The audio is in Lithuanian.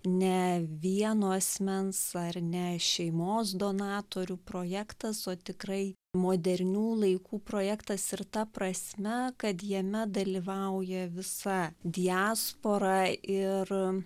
ne vieno asmens ar ne šeimos donatorių projektas o tikrai modernių laikų projektas ir ta prasme kad jame dalyvauja visa diaspora ir